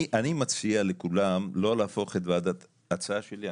אני מציע לכולם לא להפוך את הוועדה הצעה שלי.